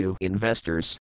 Investors